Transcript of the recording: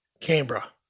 Canberra